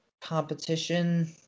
competition